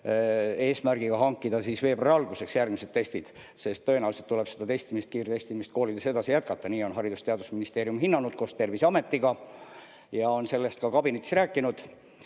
eesmärgiga hankida veebruari alguseks järgmised testid, sest tõenäoliselt tuleb testimist, kiirtestimist koolides jätkata – nii on Haridus- ja Teadusministeerium hinnanud koos Terviseametiga ja nad on sellest kabinetis ka rääkinud. Ka